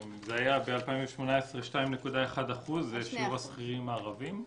ב-2018 זה היה 2.1% שיעור השכירים הערבים.